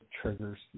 triggers